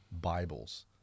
Bibles